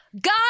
God